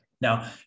Now